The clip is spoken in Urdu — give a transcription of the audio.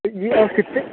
جی آپ کتنے